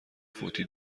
فوتی